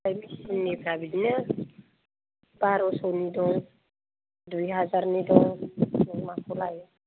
आमफ्राय मिशिननिफ्रा बिदिनो बार'स'नि दं दुइ हाजारनि दं नों माखौ लायो